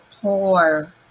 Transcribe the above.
poor